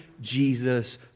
Jesus